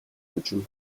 хожим